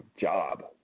job